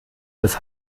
das